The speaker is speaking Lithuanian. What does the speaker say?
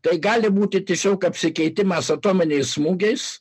tai gali būti tiesiog apsikeitimas atominiais smūgiais